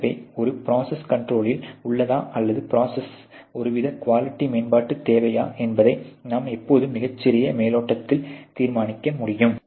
எனவே ஒரு ப்ரோசஸ் கண்ட்ரோலில் உள்ளதா அல்லது ப்ரோசஸிக்கு ஒருவித குவாலிட்டி மேம்பாடு தேவையா என்பதை நாம் எப்போதும் மிகச் சிறிய மேலோட்டத்தில் தீர்மானிக்க முடியும்